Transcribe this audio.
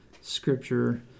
scripture